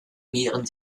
mehren